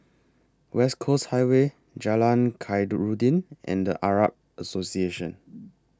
West Coast Highway Jalan Khairuddin and The Arab Association